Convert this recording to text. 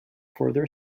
further